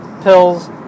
pills